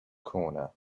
corner